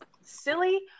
silly